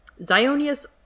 Zionius